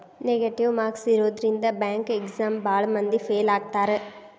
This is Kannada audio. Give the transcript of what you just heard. ನೆಗೆಟಿವ್ ಮಾರ್ಕ್ಸ್ ಇರೋದ್ರಿಂದ ಬ್ಯಾಂಕ್ ಎಕ್ಸಾಮ್ ಭಾಳ್ ಮಂದಿ ಫೇಲ್ ಆಗ್ತಾರಾ